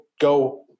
go